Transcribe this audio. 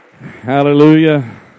Hallelujah